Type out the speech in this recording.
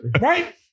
Right